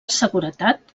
seguretat